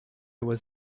was